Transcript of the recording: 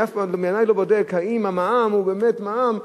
אני מימי לא בודק האם המע"מ הוא באמת מע"מ,